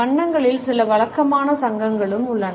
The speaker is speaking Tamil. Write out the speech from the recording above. வண்ணங்களில் சில வழக்கமான சங்கங்களும் உள்ளன